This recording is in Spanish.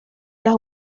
las